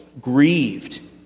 grieved